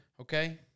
Okay